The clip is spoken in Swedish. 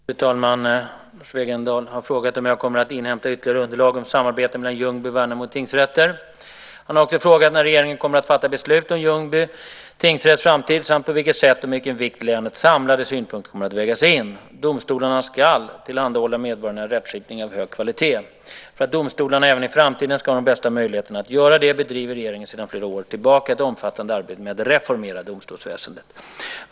Fru talman! Lars Wegendal har frågat om jag kommer att inhämta ytterligare underlag om samarbetet mellan Ljungby och Värnamo tingsrätter. Han har också frågat när regeringen kommer att fatta beslut om Ljungby tingsrätts framtid samt på vilket sätt och med vilken vikt länets samlade synpunkter kommer att vägas in. Domstolarna ska tillhandahålla medborgarna rättskipning av hög kvalitet. För att domstolarna även i framtiden ska ha de bästa möjligheterna att göra det bedriver regeringen sedan flera år tillbaka ett omfattande arbete med att reformera domstolsväsendet.